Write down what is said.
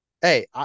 Hey